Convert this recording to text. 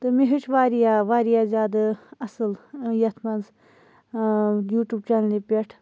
تہٕ مےٚ ہیٚوچھ واریاہ واریاہ زیادٕ اَصل یَتھ مَنٛز یوٗٹوٗب چَنلہِ پیٚٹھ